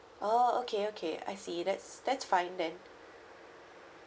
oh okay okay I see that's that's fine then